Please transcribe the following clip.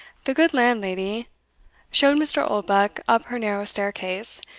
the good landlady showed mr. oldbuck up her narrow staircase,